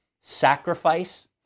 sacrifice